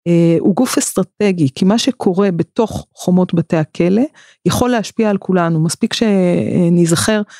אה... הוא גוף אסטרטגי. כי מה שקורה בתוך חומות בתי הכלא, יכול להשפיע על כולנו. מספיק שנזכר...